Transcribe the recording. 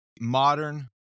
modern